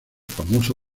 famoso